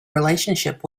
relationship